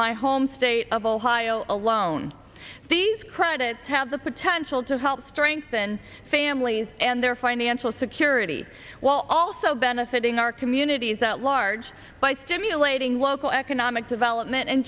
my home state of ohio alone these credits have the potential to help strengthen families and their financial security while also benefiting our communities at large by stimulating local economic development and